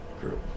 group